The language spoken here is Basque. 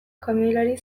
kamioilari